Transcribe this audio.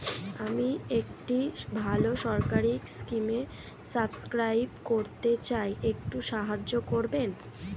আমি একটি ভালো সরকারি স্কিমে সাব্সক্রাইব করতে চাই, একটু সাহায্য করবেন?